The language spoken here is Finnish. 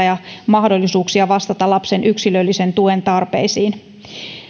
ja mahdollisuuksia vastata lapsen yksilöllisen tuen tarpeisiin